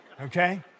Okay